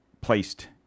placed